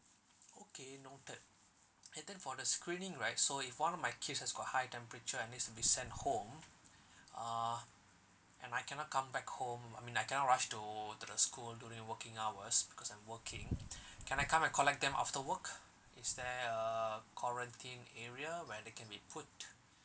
okay noted and then for the screening right so if one of my kids has got high temperature and needs to be sent home uh and I cannot come back home I mean I cannot rush to got to the school during working hours because I'm working can I come and collect them after work is there a quarantine area where they can be put